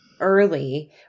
early